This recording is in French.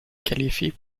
qualifient